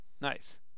Nice